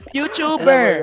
YouTuber